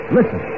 Listen